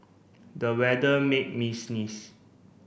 the weather made me sneeze